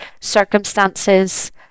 circumstances